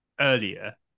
earlier